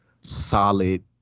solid